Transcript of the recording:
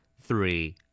three